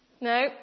No